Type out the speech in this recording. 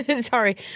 Sorry